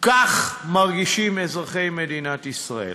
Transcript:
כך מרגישים אזרחי מדינת ישראל.